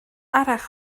arall